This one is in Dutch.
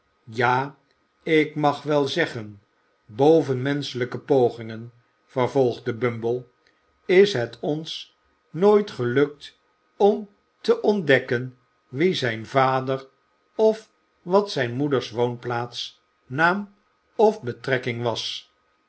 ja ik mag wel zeggen bovenmenschelijke pogingen vervolgde bumble is het ons nooit gelukt om te ontdekken wie zijn vader of wat zijn moeders woonplaats naam of be trekking was